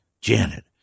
Janet